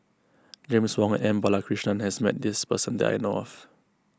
James Wong and M Balakrishnan has met this person that I know of